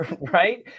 right